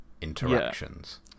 interactions